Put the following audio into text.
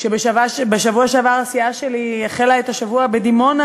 כשבשבוע שעבר הסיעה שלי החלה את השבוע בדימונה